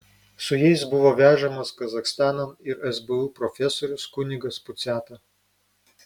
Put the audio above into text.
su jais buvo vežamas kazachstanan ir sbu profesorius kunigas puciata